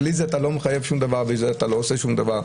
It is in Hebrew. בלי זה אתה לא עושה שום דבר,